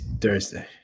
Thursday